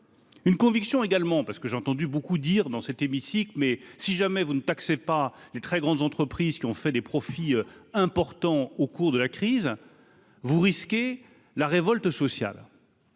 Une conviction également parce que j'ai entendu beaucoup dire dans cet hémicycle mais si jamais vous ne taxe pas les très grandes entreprises qui ont fait des profits importants au cours de la crise, vous risquez la révolte sociale.